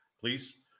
please